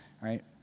right